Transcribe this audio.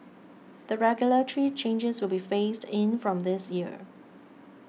the regulatory changes will be phased in from this year